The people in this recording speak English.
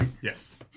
Yes